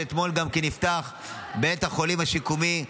בבית החולים השיקומי,